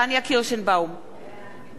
בעד איוב קרא,